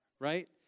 right